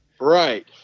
Right